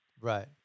Right